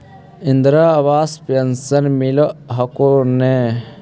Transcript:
Indira Awas pension मिल हको ने?